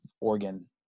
Oregon